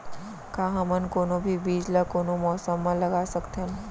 का हमन कोनो भी बीज ला कोनो मौसम म लगा सकथन?